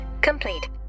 complete